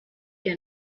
der